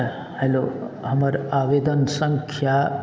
hello हमर आवेदन सङ्ख्या